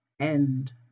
end